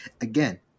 again